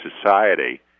society